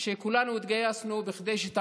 שכולנו התגייסנו כדי שהיא תעבור.